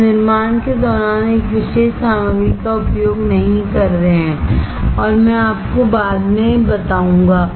हम निर्माण के दौरान एक विशेष सामग्री का उपयोग नहीं कर रहे हैं और मैं आपको बाद में बताऊंगा